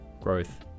growth